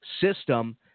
system